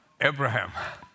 Abraham